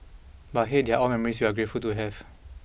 but hey they are all memories we're grateful to have